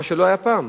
מה שלא היה פעם.